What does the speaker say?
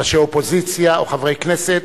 ראשי אופוזיציה או חברי כנסת.